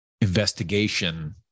investigation